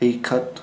ꯑꯩꯈꯛ